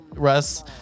russ